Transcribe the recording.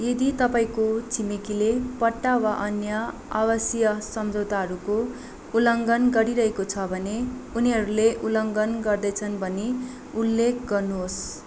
यदि तपाईँँको छिमेकीले पट्टा वा अन्य आवासीय सम्झौताहरूको उल्लङ्घन गरिरहेको छ भने उनीहरूले उल्लङ्घन गर्दैछन् भनी उल्लेख गर्नुहोस्